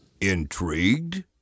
Intrigued